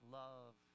love